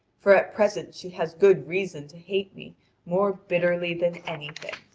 for at present she has good reason to hate me more bitterly than anything.